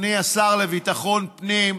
אדוני השר לביטחון הפנים,